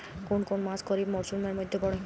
কোন কোন মাস খরিফ মরসুমের মধ্যে পড়ে?